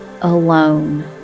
alone